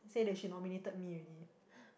say that she nominated me already